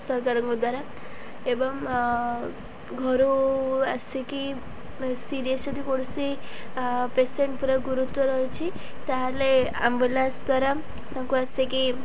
ସରକାରଙ୍କ ଦ୍ୱାରା ଏବଂ ଘରୁ ଆସିକି ସିରିୟସ୍ ଯଦି କୌଣସି ପେସେଣ୍ଟ ପୁରା ଗୁରୁତ୍ୱ ରହିଛି ତାହେଲେ ଆମ୍ବୁଲାନ୍ସ ଦ୍ୱାରା ତାଙ୍କୁ ଆସିକି